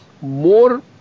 more